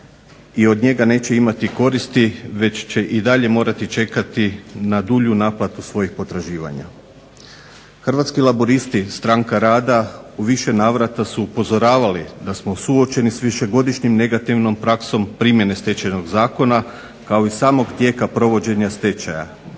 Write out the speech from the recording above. i od njega neće imati koristi već će i dalje morati čekati na dulju naplatu svojih potraživanja. Hrvatski laburisti – stranka rada u više navrata smo upozoravali da smo suočeni s višegodišnjom negativnom praksom primjene Stečajnog zakona kao i samog tijeka provođenja stečaja.